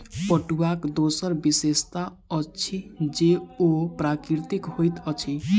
पटुआक दोसर विशेषता अछि जे ओ प्राकृतिक होइत अछि